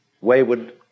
wayward